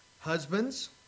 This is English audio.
Husbands